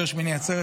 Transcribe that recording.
יותר שמיני עצרת,